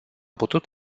putut